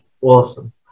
Awesome